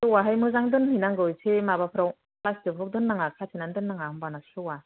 सेवा हाय मोजां दोनहै नांगौ एसे माबाफ्राव प्लास्टिकाव दोननो नाङा खाथेनानै दोननाङा होनबाना सेवा